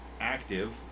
active